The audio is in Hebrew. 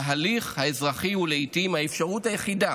ההליך האזרחי הוא לעיתים האפשרות היחידה